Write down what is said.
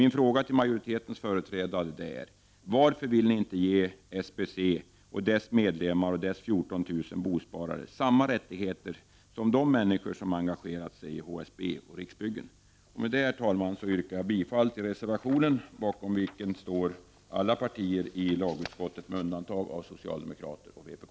Min fråga till majoritetens företrädare är: Varför vill ni inte ge SBC och dess medlemmar och dess 14 000 bosparare samma rättigheter som de människor som engagerat sig i HSB och Riksbyggen? Herr talman! Med detta yrkar jag bifall till reservationen, bakom vilken står alla partier i lagutskottet med undantag av socialdemokraterna och vpk.